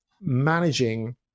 managing